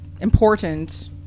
important